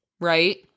Right